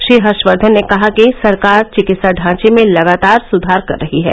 श्री हर्षवर्धन ने कहा कि सरकार चिकित्सा ढांचे में लगातार सुधार कर रही है